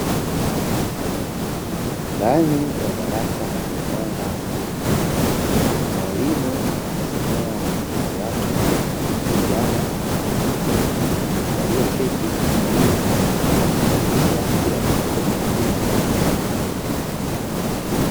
Ndani ya darasa lenye mwanga wa kutosha, mwalimu anawasomea wanafunzi wake vijana na watu wazima, walioketi kwa utulivu wakifuatisha kile anachosoma mwalimu kwenye madaftari yao.